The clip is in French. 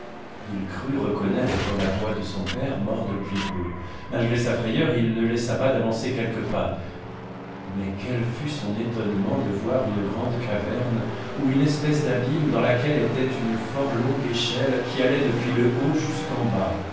il crut reconnaître la voix de son père mort depuis peu malgré sa frayeur il ne laissa pas d'avancer quelques pas mais quel fut son étonnement de voir une grande caverne ou une espèce d'abîme dans laquelle était une fort longue échelle qui allait depuis le haut jusqu'en bas